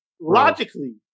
Logically